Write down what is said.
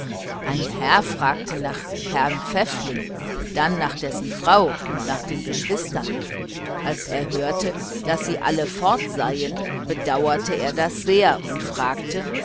ein herr fragte nach herrn pfäffling dann nach dessen frau und nach den geschwistern als er hörte daß sie alle fort seien bedauerte er das sehr und fragte